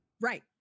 Right